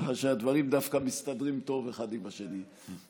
ככה שהדברים דווקא מסתדרים טוב אחד עם השני.